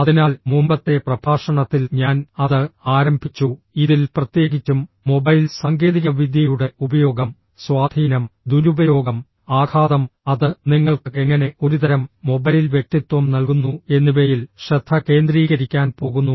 അതിനാൽ മുമ്പത്തെ പ്രഭാഷണത്തിൽ ഞാൻ അത് ആരംഭിച്ചു ഇതിൽ പ്രത്യേകിച്ചും മൊബൈൽ സാങ്കേതികവിദ്യയുടെ ഉപയോഗം സ്വാധീനം ദുരുപയോഗം ആഘാതം അത് നിങ്ങൾക്ക് എങ്ങനെ ഒരുതരം മൊബൈൽ വ്യക്തിത്വം നൽകുന്നു എന്നിവയിൽ ശ്രദ്ധ കേന്ദ്രീകരിക്കാൻ പോകുന്നു